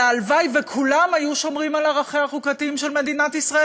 הלוואי שכולם היו שומרים על ערכיה החוקתיים של מדינת ישראל,